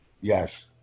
Yes